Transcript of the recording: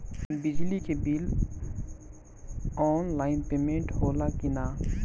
बिजली के bill online payment होला कि ना?